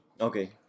Okay